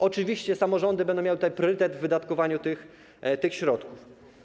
Oczywiście samorządy będą miały priorytet w wydatkowaniu tych środków.